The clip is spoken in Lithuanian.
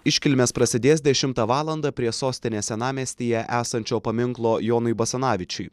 iškilmės prasidės dešimtą valandą prie sostinės senamiestyje esančio paminklo jonui basanavičiui